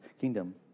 kingdom